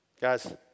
Guys